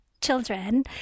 children